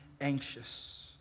anxious